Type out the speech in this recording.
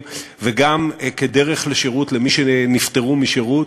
וגם כדרך לשירות למי שנפטרו משירות,